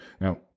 Now